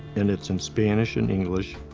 and it's in spanish and english.